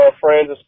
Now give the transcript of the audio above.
friends